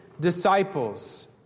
disciples